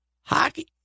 Hockey